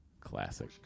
Classic